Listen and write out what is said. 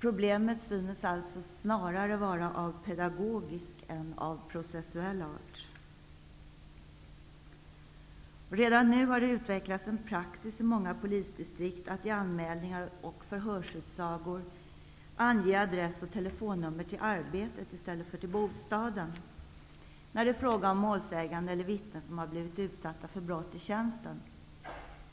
Problemet synes alltså snarare vara av pedagogisk än av processuell art. I många polisdistrikt har det redan nu utvecklats en praxis att i anmälningar och förhörsutsagor ange adress och telefonnummer till arbetet i stället för till bostaden när det är fråga om målsägande eller vittne som har blivit utsatt för brott i tjänsten